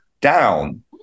down